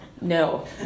No